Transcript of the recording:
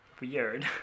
Weird